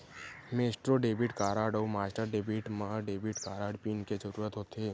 Maestro debit card अउ master debit म debit card pin के जरूरत होथे